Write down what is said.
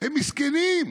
הם מסכנים.